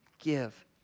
Give